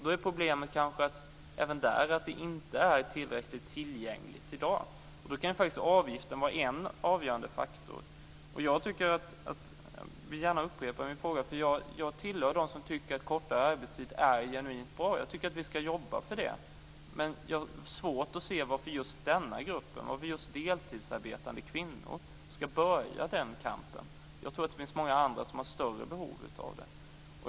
Då är problemet även där att servicen i dag inte är tillräckligt tillgänglig. Avgiften kan vara en avgörande faktor. Jag vill gärna upprepa detta. Jag tillhör de som tycker att kortare arbetstid är genuint bra. Jag tycker att vi ska jobba för det. Men jag har svårt att se varför just denna grupp - varför just deltidsarbetande kvinnor - ska börja den kampen. Jag tror att det finns många andra som har större behov av det.